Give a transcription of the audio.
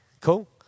Cool